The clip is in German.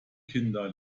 kinder